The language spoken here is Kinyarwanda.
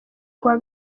kuwa